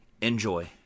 enjoy